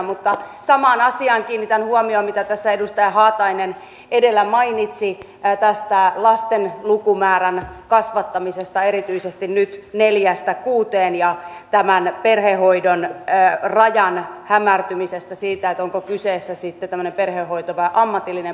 mutta samaan asiaan kiinnitän huomiota mitä tässä edustaja haatainen edellä mainitsi tästä lasten lukumäärän kasvattamisesta erityisesti nyt neljästä kuuteen ja tämän perhehoidon rajan hämärtymisestä sen suhteen onko kyseessä sitten tämmöinen perhehoito vai ammatillinen perhehoito